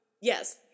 Yes